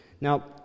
Now